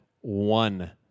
one